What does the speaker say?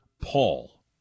Paul